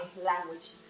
language